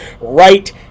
right